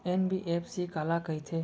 NBFC काला कहिथे?